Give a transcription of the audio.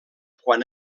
quan